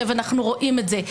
אנחנו רואים את זה,